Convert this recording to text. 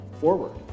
forward